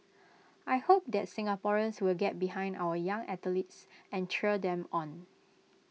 I hope that Singaporeans will get behind our young athletes and cheer them on